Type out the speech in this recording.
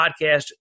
podcast